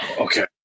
okay